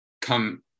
come